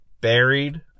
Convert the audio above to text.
buried